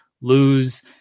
lose